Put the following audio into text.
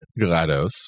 glados